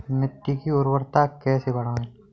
मिट्टी की उर्वरता कैसे बढ़ाएँ?